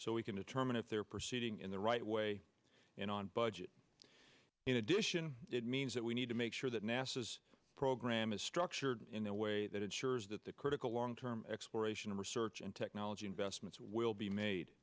so we can determine if they're proceeding in the right way and on budget in addition it means that we need to make sure that nasa is program is structured in a way that ensures that the critical long term exploration of research and technology investments will be made